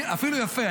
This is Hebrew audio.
אפילו יפה.